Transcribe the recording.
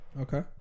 Okay